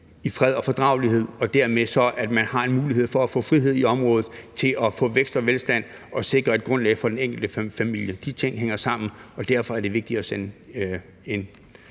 i fred og fordragelighed, og at man dermed har en mulighed for at få frihed i området til at få vækst og velstand, og at man får sikret et grundlag for den enkelte familie. De ting hænger sammen, og derfor er det vigtigt at sende et